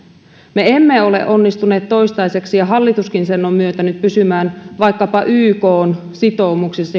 me emme ole onnistuneet toistaiseksi ja hallituskin sen on myöntänyt pysymään vaikkapa ykn sitoumuksissa